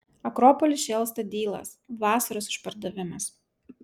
akropoly šėlsta dylas vasaros išpardavimas